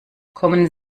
kommen